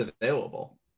available